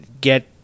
get